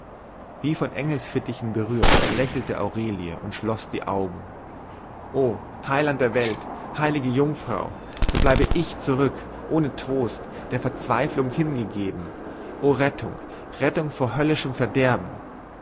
wie von engelsfittichen berührt lächelte aurelie und schloß die augen oh heiland der welt heilige jungfrau so bleibe ich zurück ohne trost der verzweiflung hingegeben o rettung rettung von höllischem verderben